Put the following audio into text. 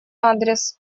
адрес